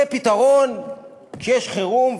זה פתרון כשיש חירום,